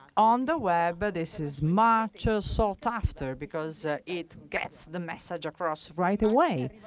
on the web, but this is much ah sought after because it gets the message across right away.